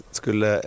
skulle